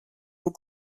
που